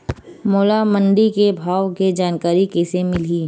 मोला मंडी के भाव के जानकारी कइसे मिलही?